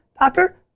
doctor